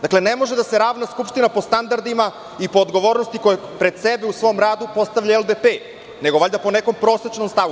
Dakle, ne može da se ravan Skupština po standardima i po odgovornosti koja pred sebe u svom radu postavlja LDP nego po nekom prosečnom stavu.